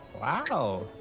Wow